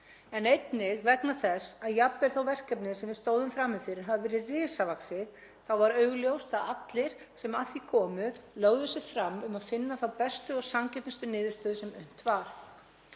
en einnig vegna þess að jafnvel þó að verkefnið sem við stóðum frammi fyrir hafi verið risavaxið var augljóst að allir sem að því komu lögðu sig fram um að finna þá bestu og sanngjörnustu niðurstöðu sem unnt var.